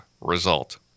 result